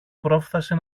πρόφθασε